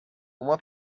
uma